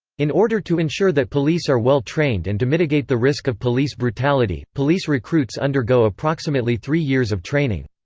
in order to ensure that police are well trained and to mitigate the risk of police brutality, police recruits undergo approximately three years of training.